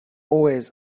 always